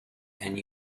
and